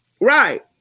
Right